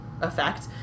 effect